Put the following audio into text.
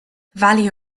value